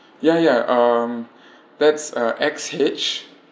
ya ya um that's uh X H